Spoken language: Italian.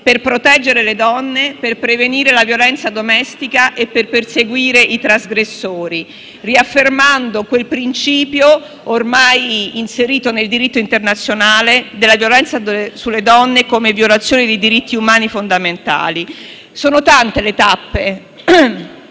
per proteggere le donne, per prevenire la violenza domestica e per perseguire i trasgressori, riaffermando quel principio, ormai inserito nel diritto internazionale, della violenza sulle donne come violazione di diritti umani fondamentali. Sono tante le tappe